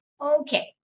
Okay